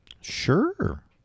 Sure